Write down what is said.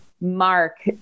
Mark